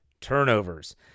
turnovers